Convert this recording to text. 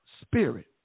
spirit